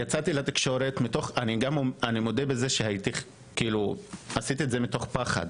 יצאתי לתקשורת ואני מודה שפעלתי מתוך פחד,